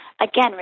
again